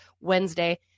Wednesday